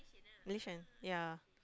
Malaysian ya